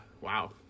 Wow